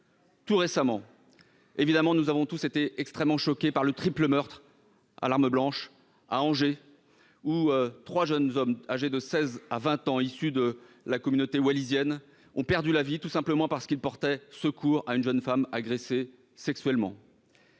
Tout récemment, nous avons tous été extrêmement choqués par un triple meurtre à l'arme blanche à Angers. Trois jeunes hommes, âgés de 16 à 20 ans, issus de la communauté wallisienne, ont en effet été tués alors qu'ils portaient secours à une jeune femme agressée sexuellement.